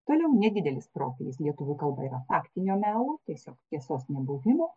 toliau nedidelis profilis lietuvių kalba yra faktinio melo tiesiog tiesos nebuvimo